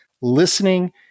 listening